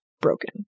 broken